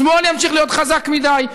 השמאל ימשיך להיות חזק מדי,